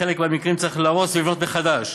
בחלק מהמקרים צריך להרוס ולבנות מחדש,